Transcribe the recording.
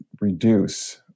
reduce